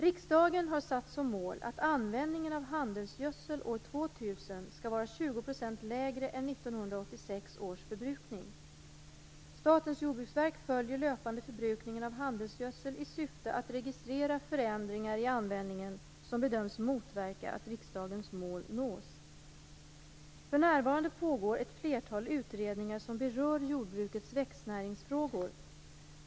Riksdagen har satt som mål att användningen av handelsgödsel år 2000 skall vara 20 % lägre än 1986 års förbrukning. Statens jordbruksverk följer löpande förbrukningen av handelsgödsel i syfte att registrera förändringar i användningen som bedöms motverka att riksdagens mål nås. För närvarande pågår ett flertal utredningar som berör jordbrukets växtnäringsfrågor.